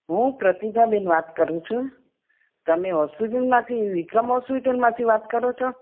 હું પ્રતિભાબેન વાત કરું છું તમે હોસ્પિટલમાંથી વિક્રમ હોસ્પિટલમાંથી વાત કરો છો